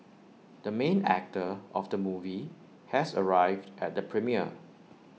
the main actor of the movie has arrived at the premiere